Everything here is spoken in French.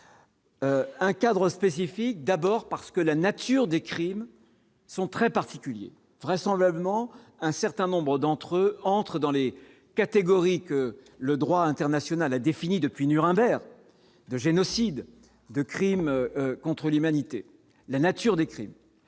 Un cadre spécifique, d'abord parce que la nature des crimes sont très particulier, vraisemblablement un certain nombre d'entre eux, entrent dans les catégories que le droit international a défini depuis Nuremberg, de génocide, de crimes contre l'humanité, la nature des crimes,